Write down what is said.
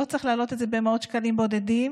לא צריך להעלות את זה במאות שקלים בודדים,